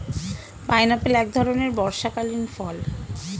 pineapple এক ধরণের বর্ষাকালীন ফল